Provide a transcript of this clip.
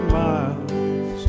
miles